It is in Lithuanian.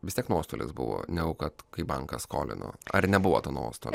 vis tiek nuostolis buvo negu kad kai bankas skolino ar nebuvo tų nuostolių